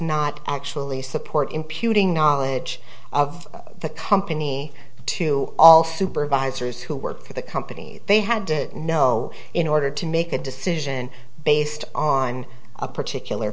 not actually support imputing knowledge of the company to all supervisors who work for the company they had to know in order to make a decision based on a particular